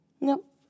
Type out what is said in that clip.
Nope